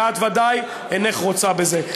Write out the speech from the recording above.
ואת ודאי אינך רוצה בזה.